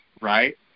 Right